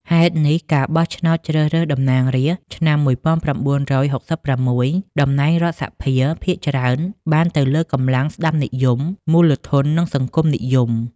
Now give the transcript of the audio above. ហេតុនេះ ការបោះឆ្នោតជ្រើសរើសតំណាងរាស្ត្រឆ្នាំ ១៩៦៦ តំណែងរដ្ឋសភាភាគច្រើនបានទៅលើកម្លាំងស្តាំនិយម មូលធន និងសង្គមនិយម។